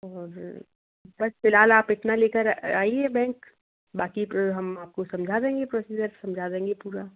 और बस फ़िलहाल आप इतना लेकर आइए बैंक बाकी तो हम आपको समझा देंगे प्रोसिज़र्स समझा देंगे पूरा